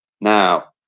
Now